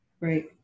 Right